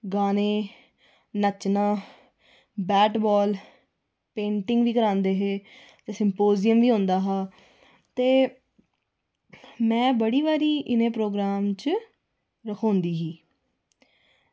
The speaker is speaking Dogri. गाने नच्चना बैट बॉल पेंटिंग बी करांदे हे ते सम्पोजियम बी होंदा हा ते में बड़ी बारी इ'नें प्रोग्राम च रखोंदी ही